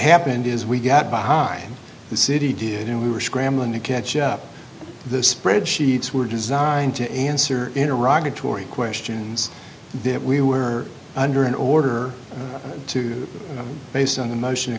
happened is we got behind the city did and we were scrambling to catch up the spreadsheets were designed to answer in a raga torrie questions that we were under in order to based on the motion t